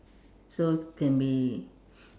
so can be